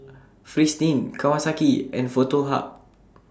Fristine Kawasaki and Foto Hub